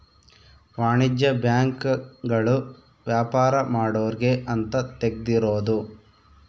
ವಾಣಿಜ್ಯ ಬ್ಯಾಂಕ್ ಗಳು ವ್ಯಾಪಾರ ಮಾಡೊರ್ಗೆ ಅಂತ ತೆಗ್ದಿರೋದು